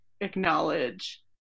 acknowledge